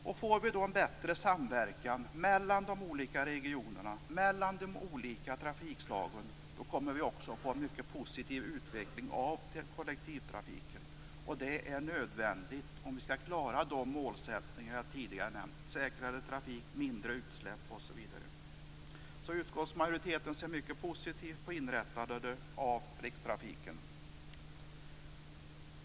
Om det blir en bättre samverkan mellan de olika regionerna och de olika trafikslagen, kommer det också att bli en mycket positiv utveckling av kollektivtrafiken. Det är nödvändigt om vi skall klara de målsättningar som jag tidigare nämnt: säkrare trafik, mindre utsläpp osv. Utskottsmajoriteten ser alltså mycket positivt på inrättandet av rikstrafiken.